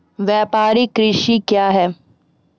व्यापारिक कृषि क्या हैं?